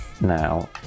now